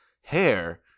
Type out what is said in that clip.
hair